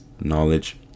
knowledge